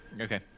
Okay